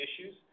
issues